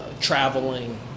traveling